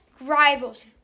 rivals